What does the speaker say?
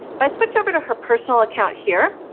if i switch over to her personal account here,